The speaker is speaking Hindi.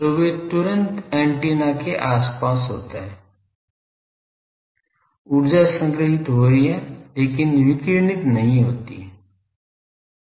तो वे तुरंत एंटीना के आसपास होते हैं ऊर्जा संग्रहित हो रही है लेकिन विकिरणित नहीं होती है